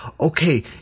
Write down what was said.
Okay